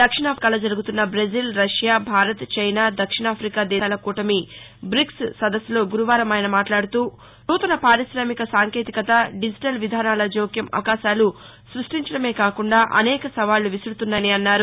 దక్షిణాథికాలో జరుగుతున్న Brazil Russia Bharat China దక్షిణాథికా దేశాల కూటమిబిక్స్ సదస్సులో గురువారం ఆయన మాట్లాడుతూ నూతన పార్కామిక సాంకేతికత దిజిటల్ విధానాల జోక్యం అవకాశాలు సృష్టించడమే కాకుండా అనేక సవాళ్లు విసురుతాయన్నారు